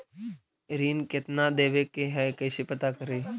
ऋण कितना देवे के है कैसे पता करी?